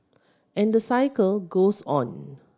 and the cycle goes on